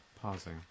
pausing